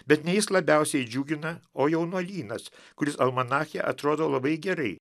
bet ne jis labiausiai džiugina o jaunuolynas kuris almanache atrodo labai gerai